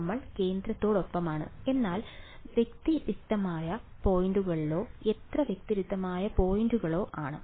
നമ്മൾ കേന്ദ്രത്തോടൊപ്പമാണ് എന്നാൽ വ്യതിരിക്തമായ പോയിന്റുകളിലോ എത്ര വ്യതിരിക്തമായ പോയിന്റുകളിലോ ആണ്